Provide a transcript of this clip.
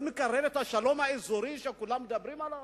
זה מקרב את השלום האזורי שכולם מדברים עליו?